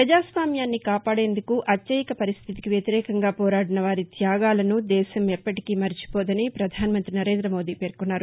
ప్రపజాస్వామాన్ని కాపాడేందుకు అత్యయిక పరిస్థితికి వ్యతిరేకంగా పోరాడిన వారి త్యాగాలను దేశం ఎప్పటికీ మరిచిపోదని ప్రధాన మంతి నరేంద మోదీ పేర్కొన్నారు